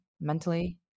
mentally